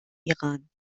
iran